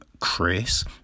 Chris